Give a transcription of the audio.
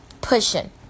pushing